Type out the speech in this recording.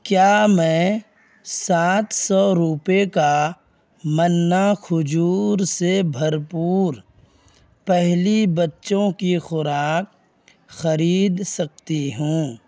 کیا میں سات سو روپئے کا منا کھجور سے بھرپور پہلی بچوں کی خوراک خرید سکتی ہوں